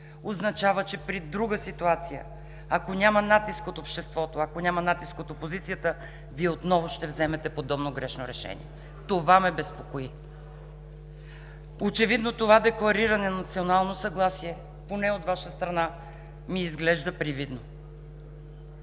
означава че при друга ситуация, ако няма натиск от обществото, ако няма натиск от опозицията, Вие отново ще вземете подобно грешно решение. Това бе безпокои. Очевидно това деклариране на национално съгласие, поне от Ваша страна, ми изглежда привидно.